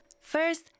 First